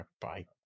bye